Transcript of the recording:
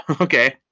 Okay